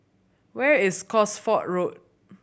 where is Cosford Road